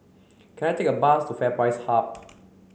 can I take a bus to FairPrice Hub